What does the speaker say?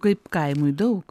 kaip kaimui daug